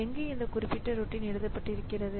எங்கே இந்த குறிப்பிட்ட ரோட்டின் எழுதப்பட்டிருக்கிறது